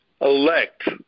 elect